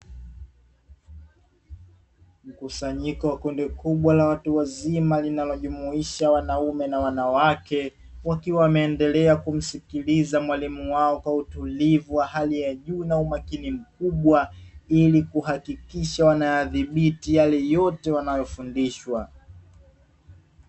Mkusanyiko wa kundi kubwa la watu wazima linalo linajumuisha wanaume na wanawake, wakiwa wameendelea kumsikiliza mwalimu wao kwa utulivu wa hali ya juu na umakini mkubwa, ili kuhakikisha wanayadhibiti yale yote wanayofundishwa.